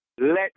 Let